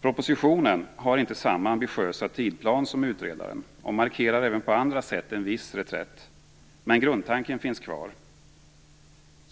Propositionen har inte samma ambitiösa tidplan som utredaren och markerar även på andra sätt en viss reträtt, men grundtanken finns kvar.